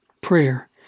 Prayer